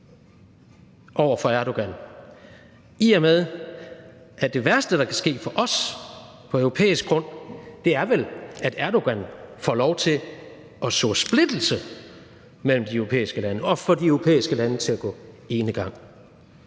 over for Erdogan, i og med at det værste, der kan ske for os på europæisk grund, vel er, at Erdogan får lov til at så splittelse mellem de europæiske lande og få de europæiske lande til at gå enegang?